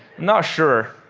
not sure.